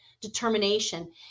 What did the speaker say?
determination